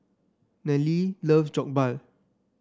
Nallely loves Jokbal